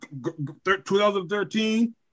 2013